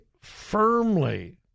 firmly